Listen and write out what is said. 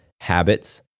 habits